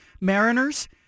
Mariners